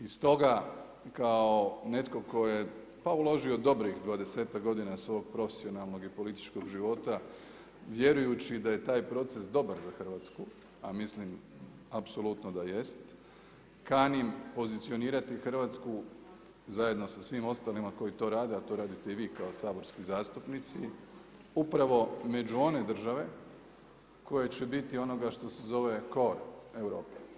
I stoga kao netko tko je, pa uložio dobrih dvadesetak godina svog profesionalnog i političkog života, vjerujući da je taj proces dobar za Hrvatsku, a mislim apsolutno da jest, kanim pozicionirati Hrvatsku zajedno sa svim ostalima koji to rade, a to radite i vi kao saborski zastupnici, upravo među one države koje će biti onoga što se zove core Europe.